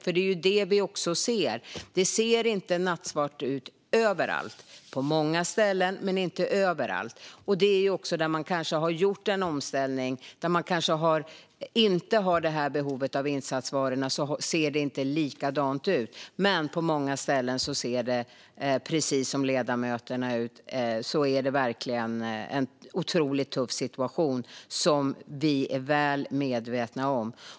Vi ser ju att det inte ser nattsvart ut överallt, även om det är så på många ställen. Där man har gjort en omställning och inte har detta behov av insatsvaror ser det inte likadant ut. Men på många ställen är det, precis som ledamöterna beskriver, en otroligt tuff situation, vilket vi är väl medvetna om.